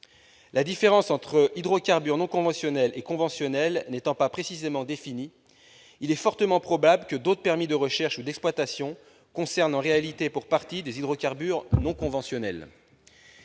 La différence entre hydrocarbures non conventionnels et conventionnels n'étant pas précisément définie, il est fortement probable que d'autres permis de recherches ou d'exploitation concernent en réalité pour partie des hydrocarbures non conventionnels.